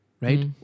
right